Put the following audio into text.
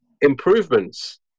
improvements